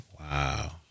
Wow